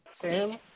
Sam